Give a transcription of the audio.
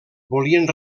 volien